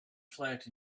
flat